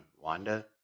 wanda